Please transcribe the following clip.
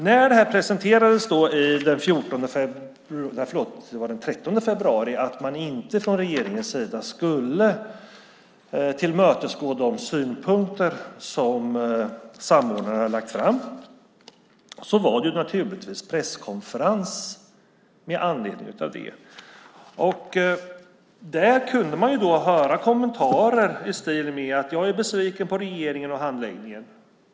När det den 13 februari presenterades att regeringen inte skulle tillmötesgå de synpunkter som samordnarna hade lagt fram hölls det naturligtvis en presskonferens med anledning av det. Där kunde man höra kommentarer i stil med: Jag är besviken på regeringen och handläggningen.